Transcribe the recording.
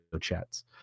chats